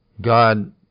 God